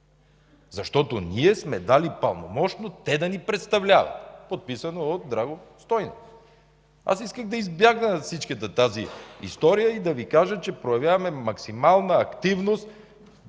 Защото ние сме дали пълномощно те да ни представляват, подписано от Драгомир Стойнев. Исках да избягам от тази история и да кажа, че проявяваме максимална активност,